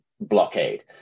blockade